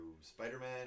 Spider-Man